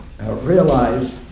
realize